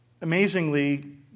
amazingly